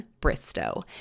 Bristow